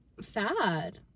sad